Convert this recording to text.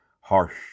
harsh